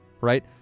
right